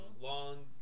Long